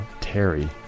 Terry